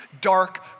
dark